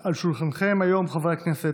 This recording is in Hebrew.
על שולחנכם היום, חברי הכנסת,